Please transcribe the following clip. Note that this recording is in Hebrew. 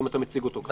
אם אתה מציג אותו ככה.